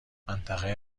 منطقه